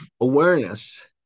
awareness